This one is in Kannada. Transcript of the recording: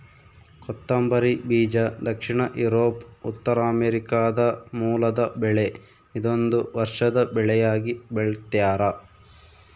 ಕೊತ್ತಂಬರಿ ಬೀಜ ದಕ್ಷಿಣ ಯೂರೋಪ್ ಉತ್ತರಾಮೆರಿಕಾದ ಮೂಲದ ಬೆಳೆ ಇದೊಂದು ವರ್ಷದ ಬೆಳೆಯಾಗಿ ಬೆಳ್ತ್ಯಾರ